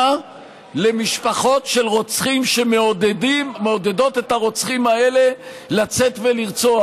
למשפחות של רוצחים שמעודדות את הרוצחים האלה לצאת ולרצוח,